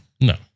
No